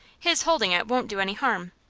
his holding it won't do any harm.